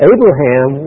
Abraham